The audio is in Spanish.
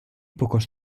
pocos